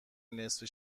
نصفه